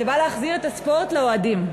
שבאה להחזיר את הספורט לאוהדים.